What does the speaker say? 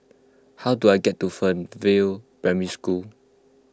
how do I get to Fernvale Primary School